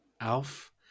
alf